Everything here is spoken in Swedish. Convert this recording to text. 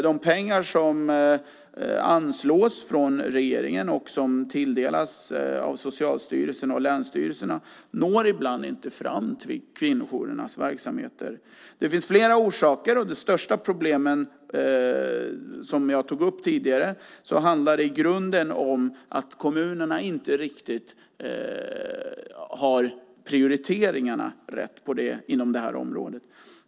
De pengar som anslås från regeringen och som tilldelas av Socialstyrelsen och länsstyrelserna når ibland inte fram till kvinnojourernas verksamhet. Det finns flera orsaker. Det största problemet, som jag tog upp tidigare, handlar i grunden om att kommunerna inte riktigt har de rätta prioriteringarna inom det här området.